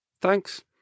Thanks